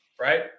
right